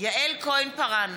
יעל כהן-פארן,